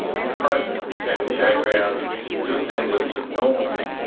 the showground to a semblance of normalcy.